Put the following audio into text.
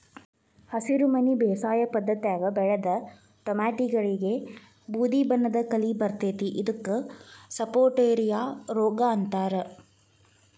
ಹಸಿರುಮನಿ ಬೇಸಾಯ ಪದ್ಧತ್ಯಾಗ ಬೆಳದ ಟೊಮ್ಯಾಟಿಗಳಿಗೆ ಬೂದಿಬಣ್ಣದ ಕಲಿ ಬರ್ತೇತಿ ಇದಕ್ಕ ಸಪಟೋರಿಯಾ ರೋಗ ಅಂತಾರ